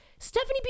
Stephanie